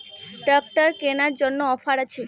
Tractor কেনার জন্য offer আছে?